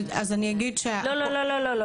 לא, לא.